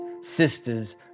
sisters